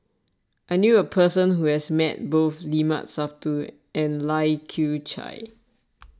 I knew a person who has met both Limat Sabtu and Lai Kew Chai